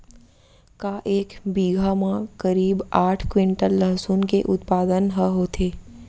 का एक बीघा म करीब आठ क्विंटल लहसुन के उत्पादन ह होथे?